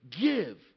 Give